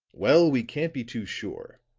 well, we can't be too sure,